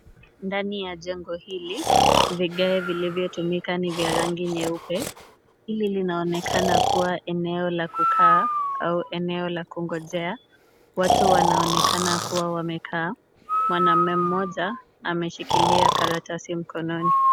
Ndani ya jengo hili, vigae vilivyotumika ni vya rangi nyeupe. Hili linaonekana kuwa eneo la kukaa au eneo la kungojea. Watu wanaonekana kuwa wamekaa. Mwanaume mmoja ameshikilia karatasi mkononi.